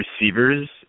receivers